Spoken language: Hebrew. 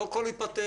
לא הכול ייפתר,